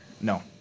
No